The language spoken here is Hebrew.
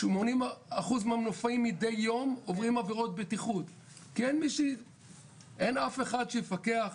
80% מהמנופאים מידי יום עוברים עבירות בטיחות כי אין אף אחד שיפקח,